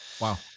Wow